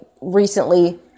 recently